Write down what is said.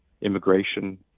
immigration